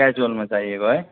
क्याजुयलमा चाहिएको है